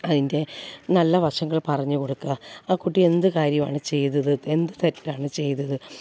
അതിൻ്റെ നല്ല വശങ്ങൾ പറഞ്ഞുകൊടുക്കുക ആ കുട്ടി എന്ത് കാര്യവാണ് ചെയ്തത് എന്ത് തെറ്റാണ് ചെയ്തത്